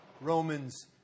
Romans